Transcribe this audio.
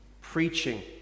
Preaching